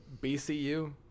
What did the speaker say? BCU